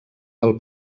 del